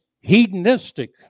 hedonistic